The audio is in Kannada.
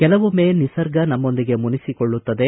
ಕೆಲವೊಮ್ನೆ ನಿಸರ್ಗ ನಮ್ಮೊಂದಿಗೆ ಮುನಿಸಿಕೊಳ್ಳುತ್ತದೆ